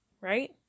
right